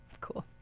cool